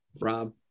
Rob